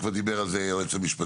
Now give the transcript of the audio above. דיבר על זה כבר היועץ המשפטי.